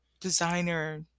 designer